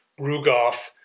Rugoff